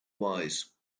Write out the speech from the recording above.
wise